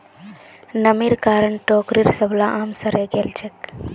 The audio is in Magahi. नमीर कारण टोकरीर सबला आम सड़े गेल छेक